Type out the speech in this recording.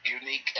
unique